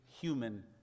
human